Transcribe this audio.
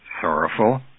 sorrowful